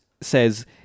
says